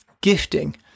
gifting